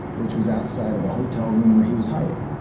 which was outside of the hotel room where he was hiding.